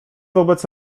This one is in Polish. wobec